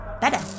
better